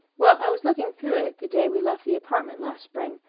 well, i was looking through it the day we left the apartment last spring,